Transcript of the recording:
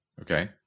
Okay